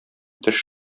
теш